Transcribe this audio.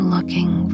looking